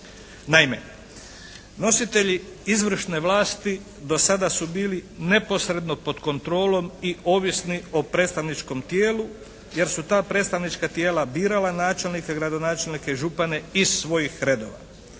Naime, nositelji izvršne vlasti dosada su bili neposredno pod kontrolom i ovisni o predstavničkom tijelu jer su ta predstavnička tijela birala načelnika, gradonačelnika i župane iz svojih redova.